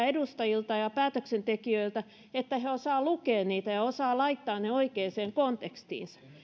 edustajilta ja päätöksentekijöiltä että he osaavat lukea niitä ja osaavat laittaa ne oikeaan kontekstiinsa